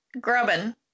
Grubbin